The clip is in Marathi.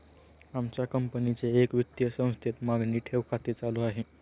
आमच्या कंपनीचे एका वित्तीय संस्थेत मागणी ठेव खाते चालू आहे